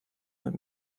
nad